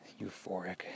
euphoric